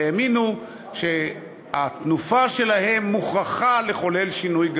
האמינו שהתנופה שלהם מוכרחה לחולל שינוי גדול.